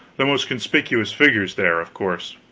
the most conspicuous figures there, of course.